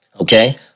Okay